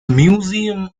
museum